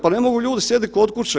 Pa ne mogu ljudi sjediti kod kuće.